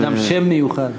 גם שם מיוחד.